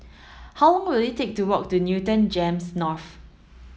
how long will it take to walk to Newton GEMS North